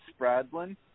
Spradlin